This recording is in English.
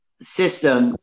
system